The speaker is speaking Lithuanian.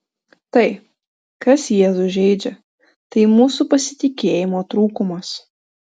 tai kas jėzų žeidžia tai mūsų pasitikėjimo trūkumas